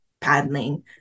paddling